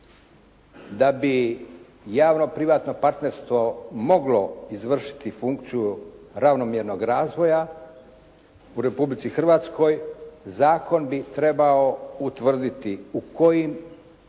Da bi javno-privatno partnerstvo moglo izvršiti funkciju ravnomjernog razvoja u Republici Hrvatskoj, zakon bi trebao utvrditi u kojim